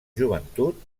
joventut